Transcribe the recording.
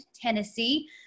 Tennessee